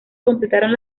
completaron